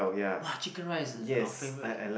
!wah! chicken rice our favourite